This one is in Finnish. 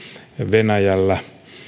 venäjällä